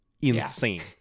insane